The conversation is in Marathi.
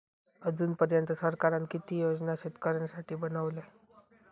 अजून पर्यंत सरकारान किती योजना शेतकऱ्यांसाठी बनवले?